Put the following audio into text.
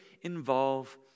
involve